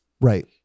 Right